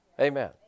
Amen